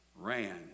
ran